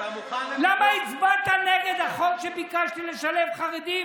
למה הצבעת נגד החוק שבו ביקשנו לשלב חרדים